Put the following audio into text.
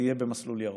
תהיה במסלול ירוק.